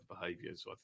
behaviours